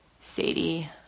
sadie